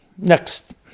Next